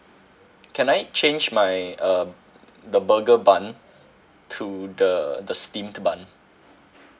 can I change my uh the burger bun to the the steamed bun